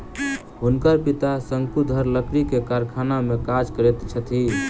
हुनकर पिता शंकुधर लकड़ी के कारखाना में काज करैत छथि